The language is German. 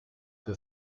für